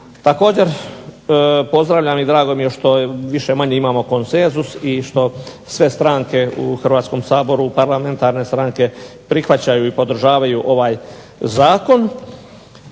Također pozdravljam i drago mi je što više manje imamo konsenzus i što sve stranke u Hrvatskom saboru, parlamentarne stranke prihvaćaju i podržavaju ovaj Zakon